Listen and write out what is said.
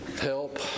help